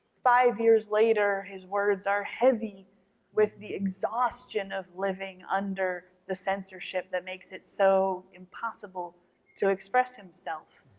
five years later his words are heavy with the exhaustion of living under the censorship that makes it so impossible to express himself.